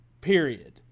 Period